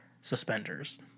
suspenders